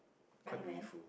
Running-Man